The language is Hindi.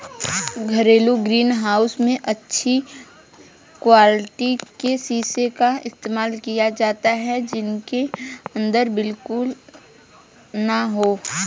घरेलू ग्रीन हाउस में अच्छी क्वालिटी के शीशे का इस्तेमाल किया जाता है जिनके अंदर बुलबुले ना हो